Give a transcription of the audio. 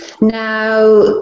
now